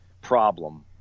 problem